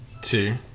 Two